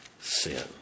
sin